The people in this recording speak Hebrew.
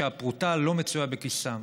שהפרוטה לא מצויה בכיסם.